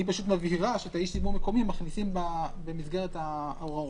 היא פשוט מבהירה שאת האיש ציבור מקומי מכניסים במסגרת ההוראות,